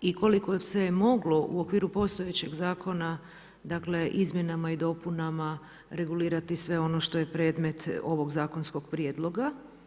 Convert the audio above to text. i koliko se moglo u okviru postojećeg zakona dakle izmjenama i dopunama regulirati sve ono što je predmet ovog zakonskog prijedloga.